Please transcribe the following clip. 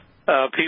people